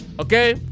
okay